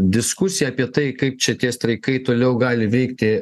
diskusiją apie tai kaip čia tie streikai toliau gali veikti